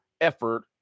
effort